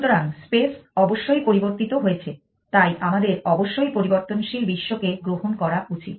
সুতরাং space অবশ্যই পরিবর্তিত হয়েছে তাই আমাদের অবশ্যই পরিবর্তনশীল বিশ্বকে গ্রহণ করা উচিত